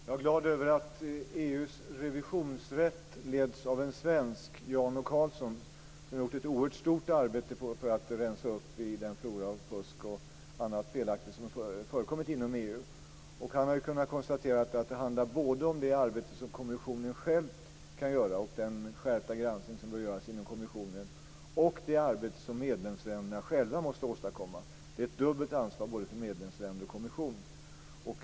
Fru talman! Jag är glad över att EU:s revisionsrätt leds av en svensk, Jan O Karlsson, som har gjort ett stort arbete för att rensa upp i den flora av fusk och annat felaktigt som förekommit inom EU. Han har kunnat konstatera att det handlar både om det arbete som kommissionen själv kan göra och den skärpta granskning som bör göras inom kommissionen och det arbete som medlemsländerna själva åstadkommer. Det är ett dubbelt ansvar både för medlemsländer och kommission.